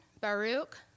Baruch